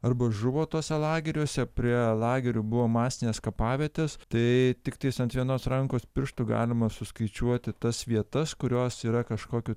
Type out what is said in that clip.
arba žuvo tuose lageriuose prie lagerių buvo masinės kapavietės tai tiktais ant vienos rankos pirštų galima suskaičiuoti tas vietas kurios yra kažkokiu